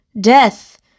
Death